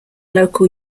local